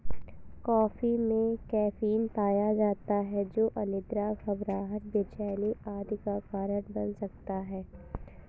coffee में caffeine पाया जाता है जो अनिद्रा, घबराहट, बेचैनी आदि का कारण बन सकता है